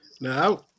Now